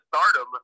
stardom